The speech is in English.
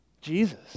Jesus